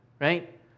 right